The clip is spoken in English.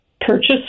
purchase